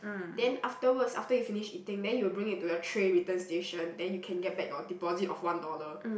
then afterwards after you finish eating then you'll bring it to your tray return station then you can get back your deposit of one dollar